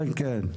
כן, כן.